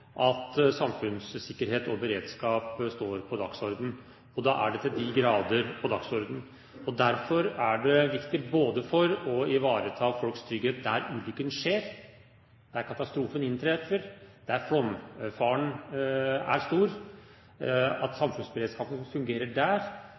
at samfunnssikkerhet og beredskap står på dagsordenen – og da er det til de grader på dagsordenen! Derfor er det viktig, både for å ivareta folks trygghet der ulykken skjer, der katastrofen inntreffer, der flomfaren er stor, at